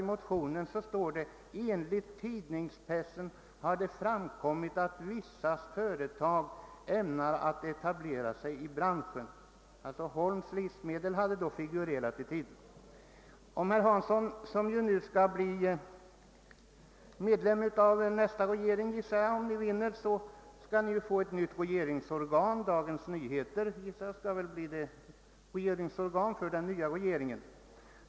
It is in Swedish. I motionen står bl.a. att enligt tidningspressen har det framkommit att vissa företag ämnar etablera sig i branschen. Holms Livsmedel hade då figurerat i tidningarna. Herr Hansson blir väl medlem av nästa regering, gissar jag, om de borgerliga vinner, och Dagens Nyheter blir väl organ för den nya regeringen.